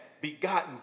begotten